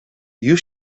you